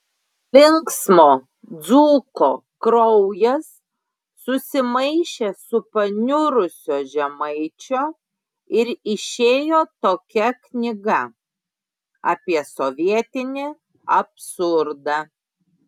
linksmo dzūko kraujas susimaišė su paniurusio žemaičio ir išėjo tokia knyga apie sovietinį absurdą